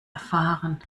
erfahren